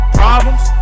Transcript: problems